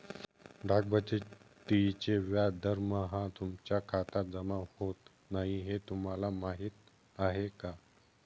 डाक बचतीचे व्याज दरमहा तुमच्या खात्यात जमा होत नाही हे तुम्हाला माहीत आहे का?